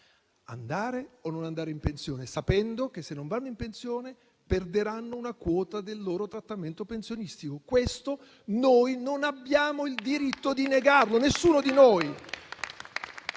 Andare o non andare in pensione? Questo sapendo che, se non vanno in pensione, perderanno una quota del loro trattamento pensionistico. Questo noi non abbiamo il diritto di negarlo, nessuno di noi.